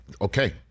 okay